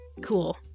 cool